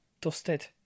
Dusted